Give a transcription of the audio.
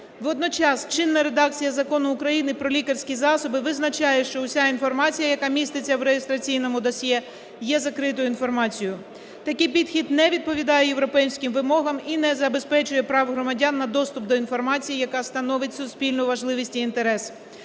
Водночас чинна редакція Закону України "Про лікарські засоби" визначає, що вся інформація, яка міститься в реєстраційному досьє, є закритою інформацією. Такий підхід не відповідає європейським вимогам і не забезпечує права громадян на доступ до інформації, яка становить суспільну важливість і інтерес.